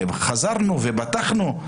חזרנו ופתחנו,